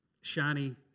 shiny